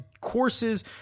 courses